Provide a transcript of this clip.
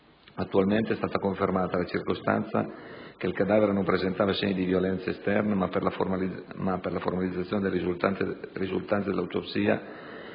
Attualmente è stata confermata la circostanza che il cadavere non presentava segni di violenza esterna, ma per la formalizzazione delle risultanze dell'autopsia,